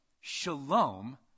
shalom